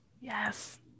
yes